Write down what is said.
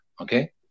okay